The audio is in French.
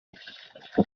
washington